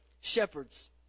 shepherds